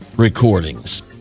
Recordings